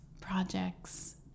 projects